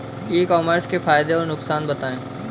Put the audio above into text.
ई commerce के फायदे और नुकसान बताएँ?